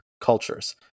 cultures